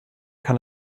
kann